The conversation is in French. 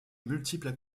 multiples